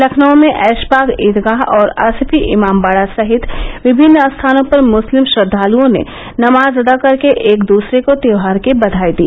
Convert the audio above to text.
लखनऊ में ऐशबाग ईदगाह और आसिफी इमामबाडा सहित विभिन्न स्थानों पर मुस्लिम श्रद्वालुओं ने नमाज अदा कर के एक दूसरे को त्यौहार की बाघाई दी